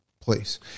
place